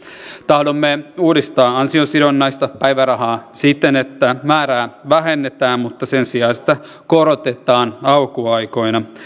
tahdomme uudistaa ansiosidonnaista päivärahaa siten että määrää vähennetään mutta sen sijaan sitä korotetaan alkuaikoina